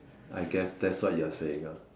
I guess that's what you're saying ah